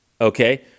okay